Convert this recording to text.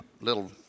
little